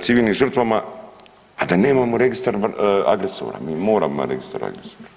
civilnim žrtvama, a da nemamo registar agresora, mi moramo imati registar agresora.